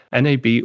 NAB